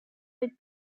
with